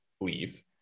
leave